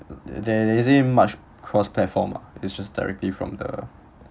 there isn't much cross platform lah it's just directly from the